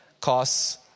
costs